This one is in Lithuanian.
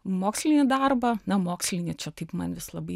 mokslinį darbą na mokslinį čia taip man vis labai